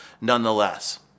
nonetheless